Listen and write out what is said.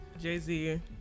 Jay-Z